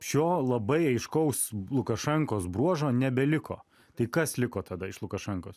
šio labai aiškaus lukašenkos bruožo nebeliko tai kas liko tada iš lukašenkos